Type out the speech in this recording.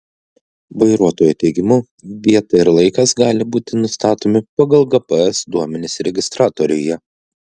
vairuotojo teigimu vieta ir laikas gali būti nustatomi pagal gps duomenis registratoriuje